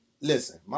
listen